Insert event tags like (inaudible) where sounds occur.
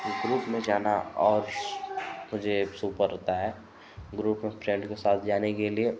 group में जाना (unintelligible) group में फ्रेन्ड के साथ जाने के लिए